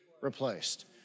replaced